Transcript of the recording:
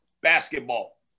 basketball